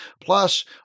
Plus